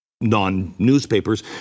non-newspapers